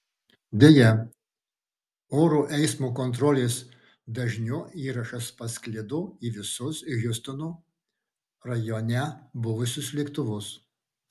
deja oro eismo kontrolės dažniu įrašas pasklido į visus hjustono rajone buvusius lėktuvus